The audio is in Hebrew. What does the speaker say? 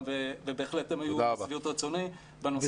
ובהחלט הן היו לשביעות רצוני בנושא הזה.